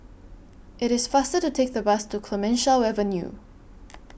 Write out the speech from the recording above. IT IS faster to Take The Bus to Clemenceau Avenue